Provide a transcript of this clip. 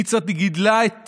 ניצה גידלה את